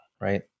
right